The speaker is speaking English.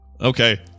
okay